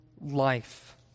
life